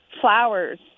flowers